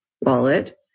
wallet